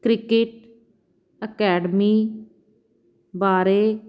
cricket academy ਬਾਰੇ